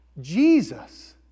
Jesus